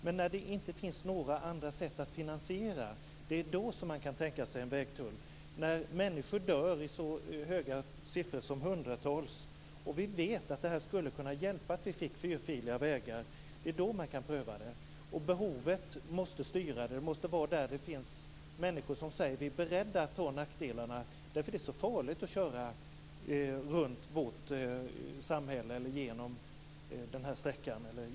Men när det inte finns några andra sätt att finansiera, det är då man kan tänka sig en vägtull. När människor dör i så stort antal som hundratal och vi vet att det här skulle kunna bidra till att vi fick fyrfiliga vägar; det är då man kan pröva det. Behovet måste styra. Det måste vara där det finns människor som säger: Vi är beredda att ta nackdelarna därför att det är så farligt att köra runt eller igenom vårt samhälle eller på den här sträckan.